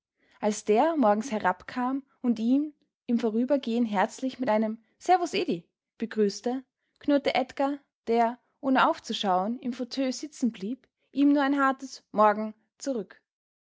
als der morgens herabkam und ihn im vorübergehen herzlich mit einem servus edi begrüßte knurrte edgar der ohne aufzuschauen im fauteuil sitzen blieb ihm nur ein hartes morgen zurück